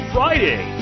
Friday